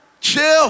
chill